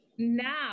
now